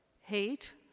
hate